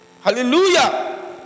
Hallelujah